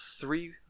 three